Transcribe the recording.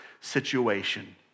situation